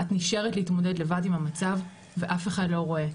את נשארת להתמודד לבד עם המצב ואף אחד לא רואה,